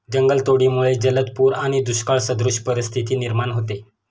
जंगलतोडीमुळे जलद पूर आणि दुष्काळसदृश परिस्थिती निर्माण होते